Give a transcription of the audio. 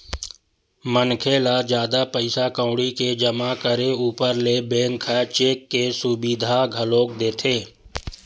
मनखे ल जादा पइसा कउड़ी के जमा करे ऊपर ले बेंक ह चेक के सुबिधा घलोक देथे